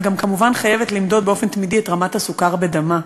היא גם כמובן חייבת למדוד באופן תמידי את רמת הסוכר בדמה,